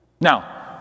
now